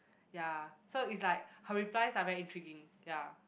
ya so it's like her replies are very intriguing ya